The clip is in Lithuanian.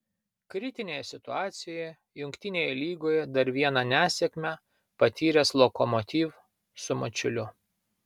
kritinėje situacijoje jungtinėje lygoje dar vieną nesėkmę patyręs lokomotiv su mačiuliu